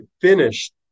finished